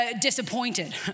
disappointed